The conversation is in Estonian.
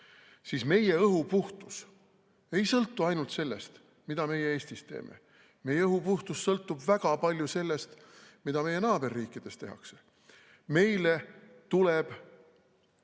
siis meie õhu puhtus ei sõltu ainult sellest, mida meie Eestis teeme. Meie õhu puhtus sõltub väga palju sellest, mida meie naaberriikides tehakse. Meile tuleb